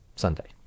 Sunday